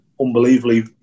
unbelievably